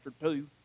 two